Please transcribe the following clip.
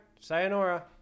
Sayonara